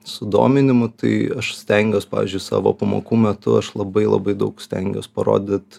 sudominimu tai aš stengiuos pavyzdžiui savo pamokų metu aš labai labai daug stengiuos parodyt